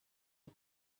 who